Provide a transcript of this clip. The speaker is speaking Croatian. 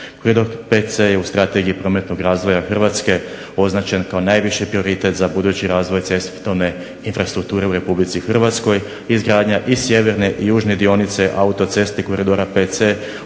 Koridor VC je u Strategiji prometnog razvoja Hrvatske označen kao najviši prioritet za budući razvoj cestovne infrastrukture u Republici Hrvatskoj. Izgradnja i sjeverne i južne dionice autoceste koridora VC